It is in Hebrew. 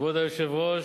כבוד היושב-ראש,